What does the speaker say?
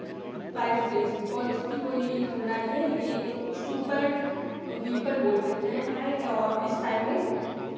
priceless because इसकी कोई तुलना नहीं है ये एक सुपर विपन बोल सकते हैं है इस टाइम में